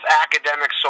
academic